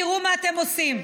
תראו מה אתם עושים,